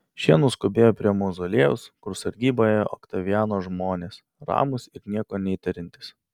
šie nuskubėjo prie mauzoliejaus kur sargybą ėjo oktaviano žmonės ramūs ir nieko neįtariantys